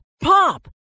Pop